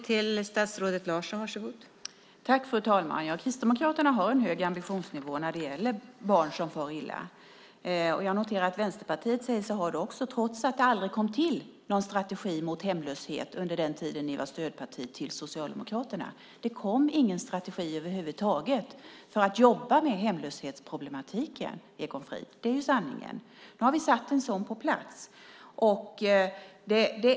Fru talman! Kristdemokraterna har en hög ambitionsnivå när det gäller barn som far illa. Jag noterar att Vänsterpartiet säger sig ha det också trots att det aldrig kom till någon strategi mot hemlöshet under den tid ni var stödparti till Socialdemokraterna. Det kom ingen strategi över huvud taget för att jobba med hemlöshetsproblematiken, Egon Frid. Det är sanningen. Nu har vi satt en sådan på plats.